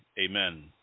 Amen